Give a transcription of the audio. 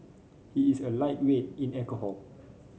he is a lightweight in alcohol